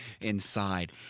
inside